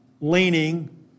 leaning